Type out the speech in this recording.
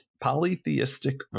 polytheistic